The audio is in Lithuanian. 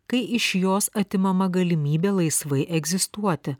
kai iš jos atimama galimybė laisvai egzistuoti